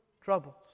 troubles